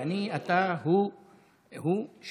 שאני, אתה והוא שווים,